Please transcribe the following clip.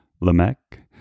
Lamech